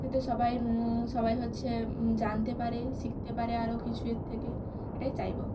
যাতে সবাই সবাই হচ্ছে জানতে পারে শিখতে পারে আরো কিছু এর থেকে এটাই চাইব